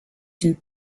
une